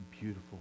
beautiful